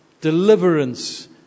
deliverance